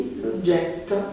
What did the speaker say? l'oggetto